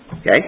Okay